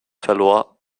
verlor